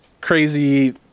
crazy